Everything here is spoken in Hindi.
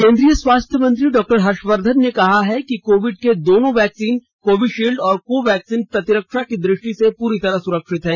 केंद्रीय स्वास्थ्य मंत्री डॉक्टर हर्षवर्धन ने कहा है कि कोविड के दोनों वैक्सीन कोविशील्ड और कोवैक्सीन प्रतिरक्षा की दृष्टि से पूरी तरह सुरक्षित है